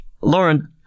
Lauren